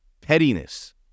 pettiness